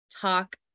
talk